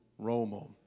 Romo